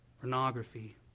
pornography